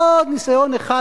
עוד ניסיון אחד,